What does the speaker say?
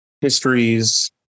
histories